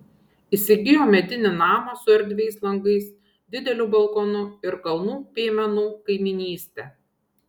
įsigijo medinį namą su erdviais langais dideliu balkonu ir kalnų piemenų kaimynyste